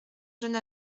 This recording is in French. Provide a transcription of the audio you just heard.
jeune